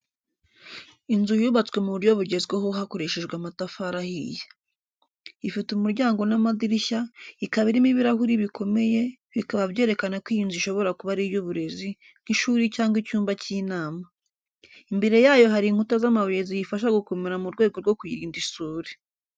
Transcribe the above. Inzu yubatswe mu buryo bugezweho hakoreshejwe amatafari ahiye. Ifite umuryango n'amadirishya, ikaba irimo ibirahuri bikomeye, bikaba byerekana ko iyi nzu ishobora kuba ari iy'uburezi, nk’ishuri cyangwa icyumba cy’inama. Imbere yayo hari inkuta z’amabuye ziyifasha gukomera mu rwego rwo kuyirinda isuri.